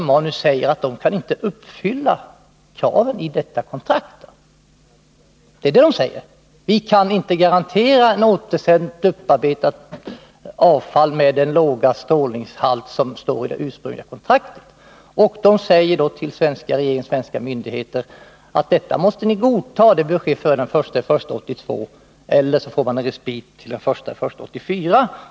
Man säger: Vi kan inte garantera att det upparbetade avfall som återsänds har den låga strålningshalt som står angiven i det ursprungliga kontraktet. Man säger till svenska myndigheter att de måste godta de nya bestämmelserna, att det bör ske före den 1 januari 1982 eller, efter en respit, före den 1 januari 1984.